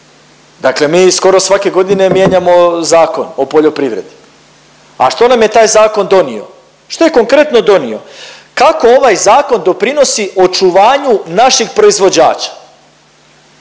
dakle mi skoro svake godine mijenjamo Zakon o poljoprivredi. A što nam je taj zakon donio, što je konkretno donio? Kako ovaj zakon doprinosi očuvanju naših proizvođača?